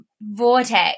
vortex